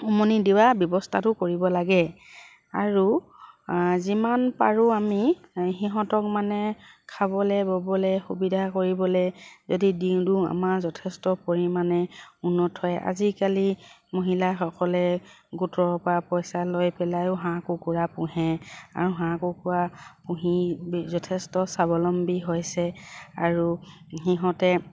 উমনি দিবা ব্যৱস্থাটো কৰিব লাগে আৰু যিমান পাৰোঁ আমি সিহঁতক মানে খাবলে ব'বলে সুবিধা কৰিবলে যদি দিওঁ আমাৰ যথেষ্ট পৰিমাণে উন্নত হয় আজিকালি মহিলাসকলে গোটৰ পৰা পইচা লৈ পেলাইও হাঁহ কুকুৰা পুহে আৰু হাঁহ কুকুৰা পুহি যথেষ্ট স্বাৱলম্বী হৈছে আৰু সিহঁতে